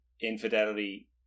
infidelity